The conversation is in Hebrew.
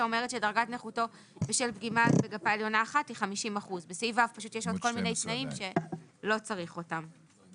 שאומרת שדרגת נכותו בשל פגימה בגפה עליונה אחת היא 50%. בסעיף (ו) יש עוד כל מיני תנאים שלא צריך אותם.